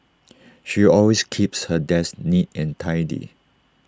she always keeps her desk neat and tidy